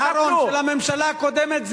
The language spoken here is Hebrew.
בתקציב האחרון של הממשלה הקודמת,